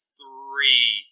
three